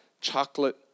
chocolate